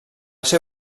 ser